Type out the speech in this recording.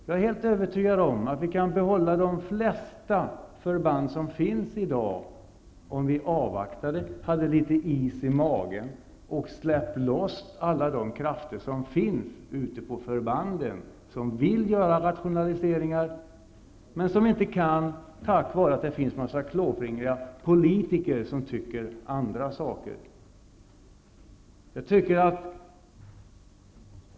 Jag är helt övertygad om att vi skulle kunna behålla de flesta förband som finns i dag, om vi avvaktade, hade litet is i magen och släppte loss alla de krafter som finns ute på förbanden som vill göra rationaliseringar men som inte kan göra det på grund av att det finns en massa klåfingriga politiker som tycker andra saker.